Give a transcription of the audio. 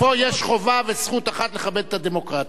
פה יש חובה וזכות אחת, לכבד את הדמוקרטיה.